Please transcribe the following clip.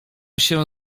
się